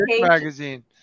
magazine